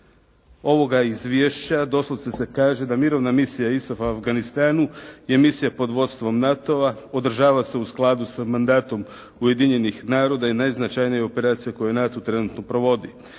ovog izvješća doslovce se kaže, da Mirovna misija (ISAF) Afganistanu je misija pod vodstvom NATO-a, održava se u skladu sa mandatom Ujedinjenih naroda i najznačajnija operacija koju NATO trenutno provodi.